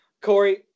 Corey